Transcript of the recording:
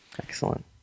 Excellent